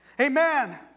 Amen